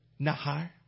Nahar